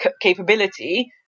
capability